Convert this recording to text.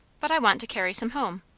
but i want to carry some home.